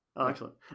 Excellent